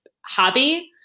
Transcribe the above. hobby